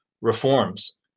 reforms